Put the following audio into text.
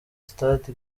stade